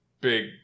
big